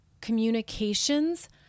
communications